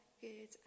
good